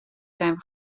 zijn